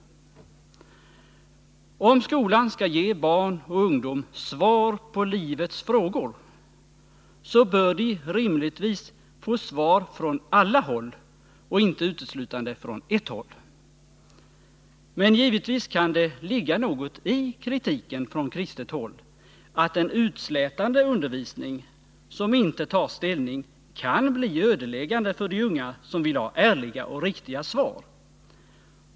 Om skolan skall ge barn och ungdom svar på livets frågor bör svar rimligtvis ges från alla håll och inte uteslutande från ett. Men givetvis kan det ligga något i kritiken från kristet håll, att en utslätande undervisning som inte tar ställning kan bli ödeläggande för de unga, som vill ha ärliga och riktiga svar.